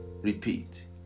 repeat